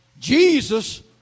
Jesus